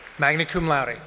magna cum laude.